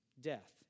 death